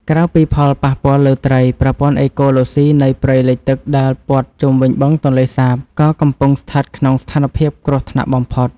ក្រៅពីផលប៉ះពាល់លើត្រី ប្រព័ន្ធអេកូឡូស៊ីនៃព្រៃលិចទឹកដែលព័ទ្ធជុំវិញបឹងទន្លេសាប ក៏កំពុងស្ថិតក្នុងស្ថានភាពគ្រោះថ្នាក់បំផុត។